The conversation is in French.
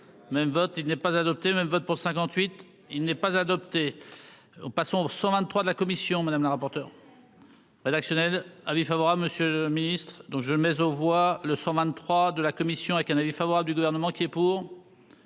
Même vote il n'est pas adopté même votes pour 58. Il n'est pas adopté. On passons 123 de la commission, madame la rapporteure. Attends. Rédactionnelle avis favorable, Monsieur le Ministre donc je mais on voit le 123 de la commission avec un avis favorable du gouvernement. C'est pour.